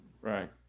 Right